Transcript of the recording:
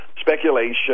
speculation